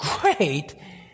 great